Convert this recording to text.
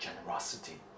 generosity